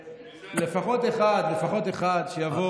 לפחות אחד, לפחות אחד שיבוא